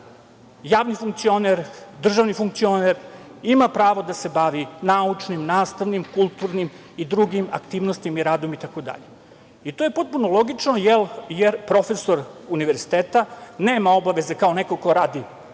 javni funkcioner, državni funkcioner, ima pravo da se bavi naučnim, nastavnim, kulturnim i drugim aktivnostima i radom, itd. To je potpuno logično jer profesor univerziteta nema obaveze kao neko ko radi